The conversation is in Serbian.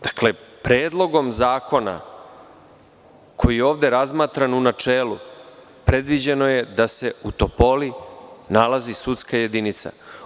Dakle, Predlogom zakona koji je ovde razmatran u načelu predviđeno je da se u Topoli nalazi sudska jedinica.